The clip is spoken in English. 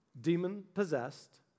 demon-possessed